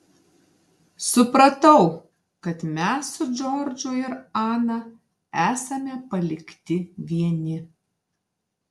supratau kad mes su džordžu ir ana esame palikti vieni